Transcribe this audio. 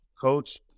coach